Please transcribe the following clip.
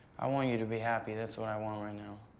i want you to be happy, that's what i want right now.